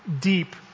deep